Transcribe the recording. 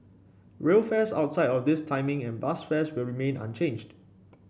rail fares outside of this timing and bus fares will remain unchanged